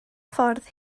ffordd